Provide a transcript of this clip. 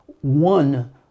One